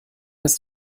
ist